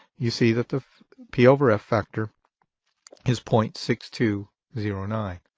you see that the p over f factor is point six two zero nine.